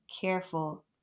careful